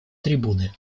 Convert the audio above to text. трибуны